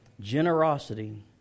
generosity